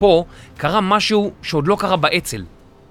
פה קרה משהו שעוד לא קרה באצ"ל.